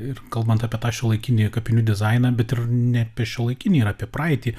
ir kalbant apie tą šiuolaikinį kapinių dizainą bet ir ne apie šiuolaikinį ir apie praeitį